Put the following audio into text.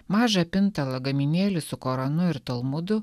mažą pintą lagaminėlį su koranu ir talmudu